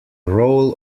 role